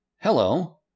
Hello